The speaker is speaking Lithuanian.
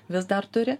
vis dar turi